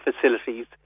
facilities